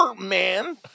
man